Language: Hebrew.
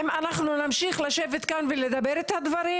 אם אנחנו נמשיך לשבת כאן ולדבר את הדברים